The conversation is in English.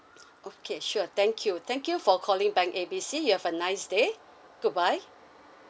okay sure thank you thank you for calling bank A B C you have a nice day goodbye